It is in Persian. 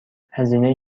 هزینه